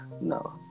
no